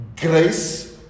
grace